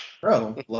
Bro